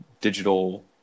digital